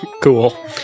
Cool